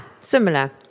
similar